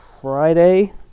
Friday